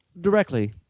directly